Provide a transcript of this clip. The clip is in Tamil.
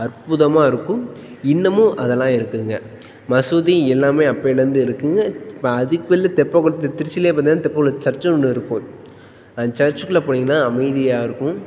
அற்புதமாக இருக்கும் இன்னுமும் அதெல்லாம் இருக்குதுங்க மசூதி எல்லாமே அப்பேலேருந்தே இருக்குது இப்போ அதுக்கெடையில தெப்பக்குளத்து திருச்சிலேயே பார்த்தின்னா தெப்பக்குளம் சர்ச்சு ஒன்று இருக்கும் அந்த சர்ச்சுக்குள்ளே போனிங்கனா அமைதியாக இருக்கும்